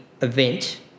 event